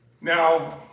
Now